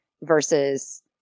versus